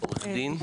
עורכת דין?